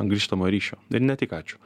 grįžtamojo ryšio ir ne tik ačiū